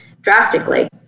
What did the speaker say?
drastically